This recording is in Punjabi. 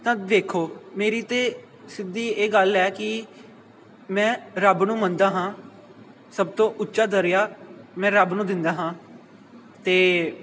ਤਾਂ ਦੇਖੋ ਮੇਰੀ ਤਾਂ ਸਿੱਧੀ ਇਹ ਗੱਲ ਹੈ ਕਿ ਮੈਂ ਰੱਬ ਨੂੰ ਮੰਨਦਾ ਹਾਂ ਸਭ ਤੋਂ ਉੱਚਾ ਦਰਿਆ ਮੈਂ ਰੱਬ ਨੂੰ ਦਿੰਦਾ ਹਾਂ ਅਤੇ